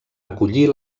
acollir